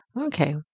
Okay